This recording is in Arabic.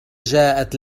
جاءت